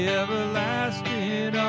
everlasting